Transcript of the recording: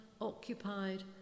occupied